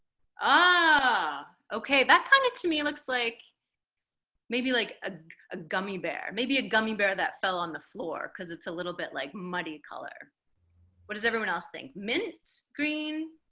ah okay that kind of to me looks like maybe like ah a gummy bear maybe a gummy bear that fell on the floor cuz it's a little bit like muddy color what does everyone else think minutes green